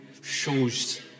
shows